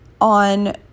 on